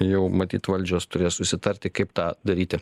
jau matyt valdžios turės susitarti kaip tą daryti